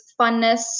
funness